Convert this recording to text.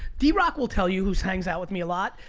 d rock will tell you who hangs out with me a lot,